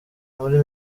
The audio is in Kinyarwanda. muri